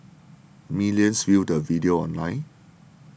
millions viewed the video online